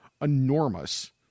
enormous